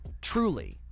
truly